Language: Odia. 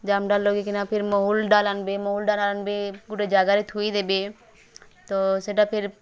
ଜାମ୍ ଡ଼ାଲ୍ ଲଗେଇକିନା ଫିର୍ ମହୁଲ୍ ଡ଼ାଲ୍ ଆନବେ ମହୁଲ୍ ଡ଼ାଲ୍ ଆନବେ ଗୁଟେ ଜାଗାରେ ଥୋଇଦେବେ ତ ସେଟା ଫିର୍